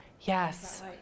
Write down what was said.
Yes